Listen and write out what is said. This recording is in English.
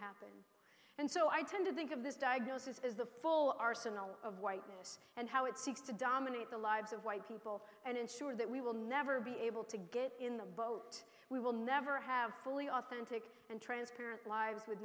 happen and so i tend to think of this diagnosis as the full arsenal of whiteness and how it seeks to dominate the lives of white people and ensure that we will never be able to get in the boat we will never have fully authentic and transparent lives with